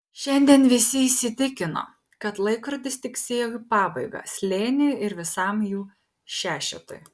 šiandien visi įsitikino kad laikrodis tiksėjo į pabaigą slėniui ir visam jų šešetui